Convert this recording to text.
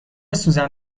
سوزن